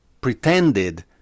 pretended